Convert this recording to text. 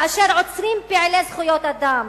כאשר עוצרים פעילי זכויות אדם,